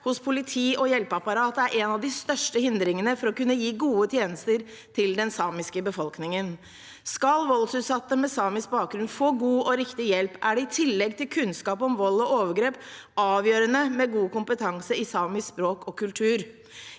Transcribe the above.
hos politi og hjelpeapparat er en av de største hindringene for å kunne gi gode tjenester til den samiske befolkningen. Skal voldsutsatte med samisk bakgrunn få god og riktig hjelp, er det i tillegg til kunnskap om vold og overgrep avgjørende med god kompetanse i samisk språk og kultur.